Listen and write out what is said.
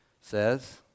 says